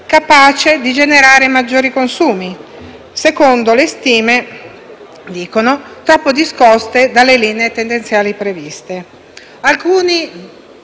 capace di generare maggiori consumi, secondo stime - dicono - troppo discoste dalle linee tendenziali previste.